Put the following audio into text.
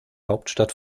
hauptstadt